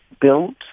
built